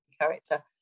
character